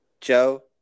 Joe